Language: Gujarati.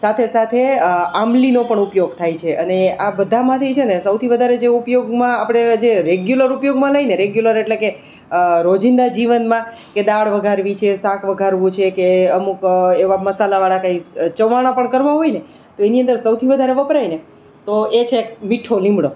સાથે સાથે આંબલીનો પણ ઉપયોગ થાય છે અને આ બધામાંથી છે ને સૌથી વધારે જે ઉપયોગમાં આપણે જે રેગ્યુલર ઉપયોગમાં લઈને રેગ્યુલર એટલે કે રોજિંદા જીવનમાં કે દાળ વઘારવી છે કે શાક વઘારવું છે કે અમુક એવા મસાલાવાળા કઈ ચવાણા પણ કરવા હોયને તો એની અંદર સૌથી વધારે વપરાયને તો એ છે મીઠો લીમડો